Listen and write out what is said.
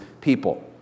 people